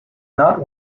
not